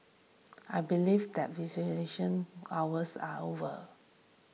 I believe that visitation hours are over